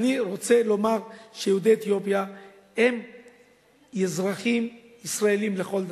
אני רוצה לומר שיהודי אתיופיה הם אזרחים ישראלים לכל דבר.